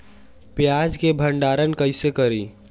प्याज के भंडारन कईसे करी?